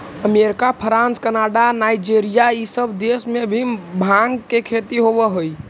America, France, Canada, Nigeria इ सब देश में भी भाँग के खेती होवऽ हई